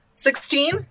Sixteen